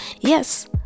Yes